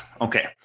Okay